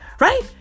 Right